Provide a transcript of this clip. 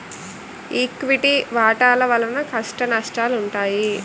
equity వాటాల వలన కష్టనష్టాలుంటాయి